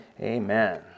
amen